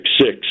six